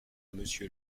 monsieur